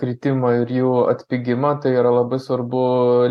kritimą ir jų atpigimą tai yra labai svarbu